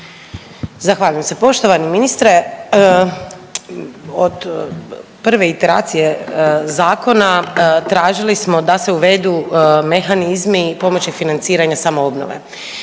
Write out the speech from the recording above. Zahvaljujem se. Poštovani ministre, od prve iteracije zakona tražili smo da se uvedu mehanizmi i pomoći financiranja samoobnove,